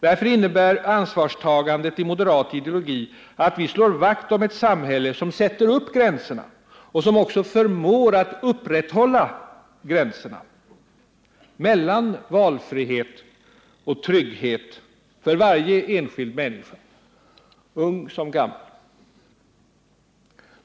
Därför innebär ansvarstagandet i moderat ideologi att vi slår vakt om ett samhälle som sätter upp gränserna och som också förmår upprätthålla gränserna mellan valfrihet och trygghet för varje enskild människa, ung som gammal.